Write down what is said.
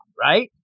right